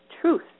truth